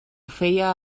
feia